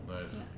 Nice